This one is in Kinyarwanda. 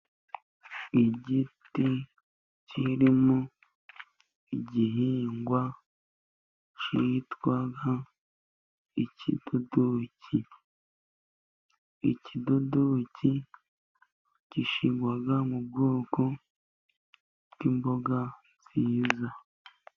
Igiti kirimo igihingwa kitwa ikidodoki. Ikidodoki gishyirwa mu bwoko bw'imboga nziza.